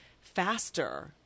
faster